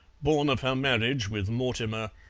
born of her marriage with mortimer,